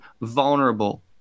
vulnerable